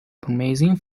promising